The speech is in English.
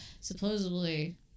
Supposedly